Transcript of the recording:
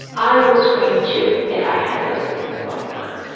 i would scream too if i had those things going on.